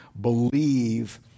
believe